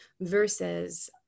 Versus